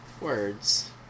Words